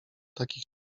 takich